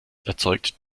erzeugt